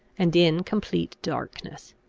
and in complete darkness.